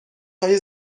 های